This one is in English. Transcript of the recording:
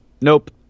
Nope